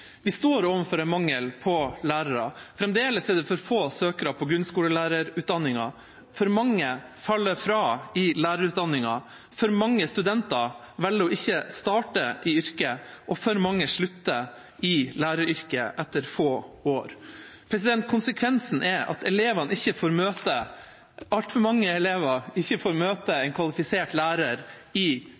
Vi står overfor en mangel på lærere. Fremdeles er det for få søkere til grunnskolelærerutdanningen. For mange faller fra i lærerutdanningen, for mange studenter velger å ikke starte i yrket, og for mange slutter i læreryrket etter få år. Konsekvensen er at altfor mange elever ikke får møte en kvalifisert lærer i